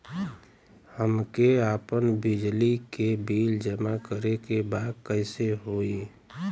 हमके आपन बिजली के बिल जमा करे के बा कैसे होई?